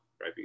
right